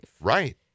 Right